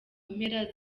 mpera